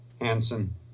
Hansen